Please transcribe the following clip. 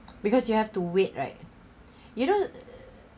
because you have to wait right you don't